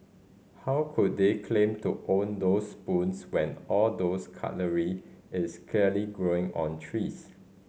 how could they claim to own those spoons when all those cutlery is clearly growing on trees